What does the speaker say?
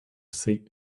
sea